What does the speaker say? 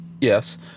yes